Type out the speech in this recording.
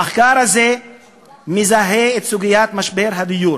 המחקר הזה מזהה את סוגיית משבר הדיור